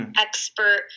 expert